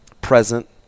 present